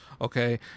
Okay